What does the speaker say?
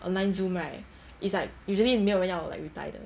online zoom right it's like usually 没有人要 like reply 的